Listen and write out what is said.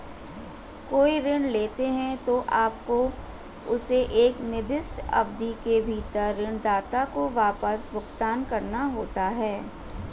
कोई ऋण लेते हैं, तो आपको उसे एक निर्दिष्ट अवधि के भीतर ऋणदाता को वापस भुगतान करना होता है